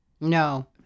No